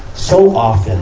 so often